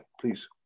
please